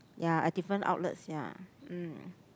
ya at different outlets ya